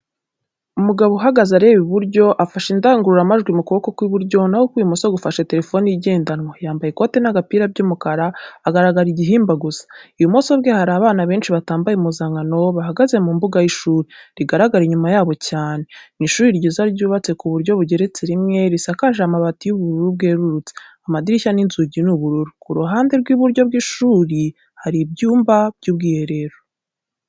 Umugabo uhagaze areba iburyo, afashe indangururamajwi mu kuboko kw'iburyo naho ukw'ibumoso gufashe terefoni igendanwa, yambaye ikoti n'agapira by'umukara, aragaragara igihimba gusa. Ibumoso bwe hari abana benshi batambaye impuzankano, bahagaze mu mbuga y'ishuri, rigaragara inyuma ya bo cyane. Ni ishuri ryiza, ryubatse ku buryo bugeretse rimwe, risakaje amabati y'ubururu bwerurutse, amadirishya n'inzugi ni ubururu. Ku ruhande rw'iburyo bw'ishuri hari ibyuma by'ubwiherero.